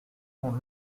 mon